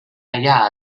allà